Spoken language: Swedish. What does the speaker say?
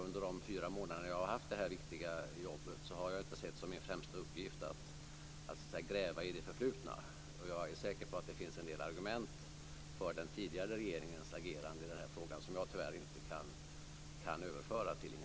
Under de fyra månader jag har haft detta viktiga jobb har jag inte sett som min främsta uppgift att gräva i det förflutna. Jag är säker på att det finns en del argument för den tidigare regeringens agerande i frågan som jag tyvärr inte kan överföra till Inga